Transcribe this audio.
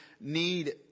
need